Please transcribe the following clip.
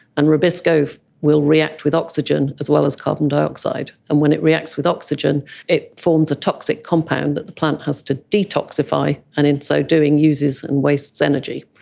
and rubisco will react with oxygen as well as carbon dioxide, and when it reacts with oxygen it forms a toxic compound that the plant has to detoxify, and in so doing uses and wastes energy.